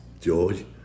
George